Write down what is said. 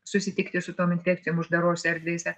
susitikti su tom infekcijom uždarose erdvėse